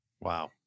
Wow